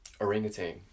Orangutan